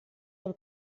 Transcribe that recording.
del